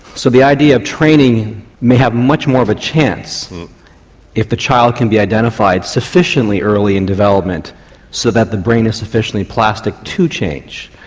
so the idea of training may have much more of a chance if the child can be identified sufficiently early in development so that the brain is sufficiently plastic to change.